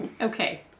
Okay